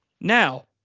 Now